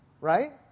right